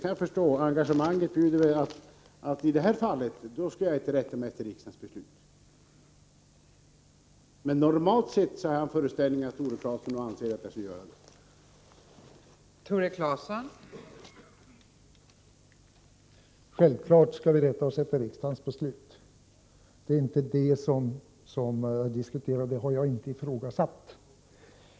Jag kan förstå att engagemanget bjuder Tore Claeson att begära att jag just i detta fall inte skall rätta mig efter riksdagens beslut, men jag har den föreställningen att Tore Claeson normalt anser att jag skall göra det.